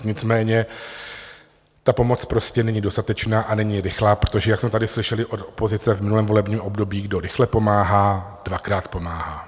Nicméně ta pomoc prostě není dostatečná a není rychlá, protože jak jsme tady slyšeli od opozice v minulém volebním období: Kdo rychle pomáhá, dvakrát pomáhá.